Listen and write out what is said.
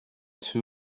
too